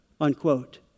unquote